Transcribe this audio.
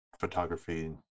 photography